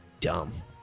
dumb